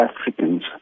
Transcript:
Africans